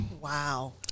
Wow